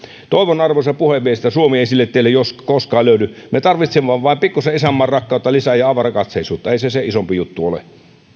toivon arvoisa puhemies että suomi ei sille tielle koskaan joudu me tarvitsemme vain pikkuisen lisää isänmaanrakkautta ja avarakatseisuutta ei se sen isompi juttu ole